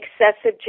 excessive